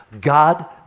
God